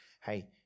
hey